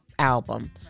Album